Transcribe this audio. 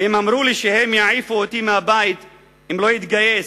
והם אמרו לי שהם יעיפו אותי מהבית אם לא אתגייס.